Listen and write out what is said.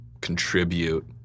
contribute